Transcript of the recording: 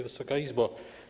Wysoka Izbo!